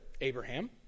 Abraham